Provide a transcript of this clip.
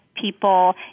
people